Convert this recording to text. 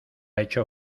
hecho